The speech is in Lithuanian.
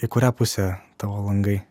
į kurią pusę tavo langai